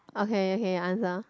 okay okay answer